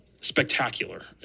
spectacular